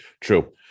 true